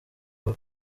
kuko